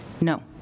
No